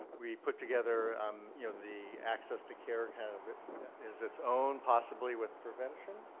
we put together um you know the access to care kind of is its own possibly with prevention.